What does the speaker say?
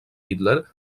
hitler